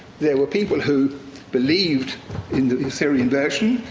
there were people who believed in the assyrian version,